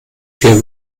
vier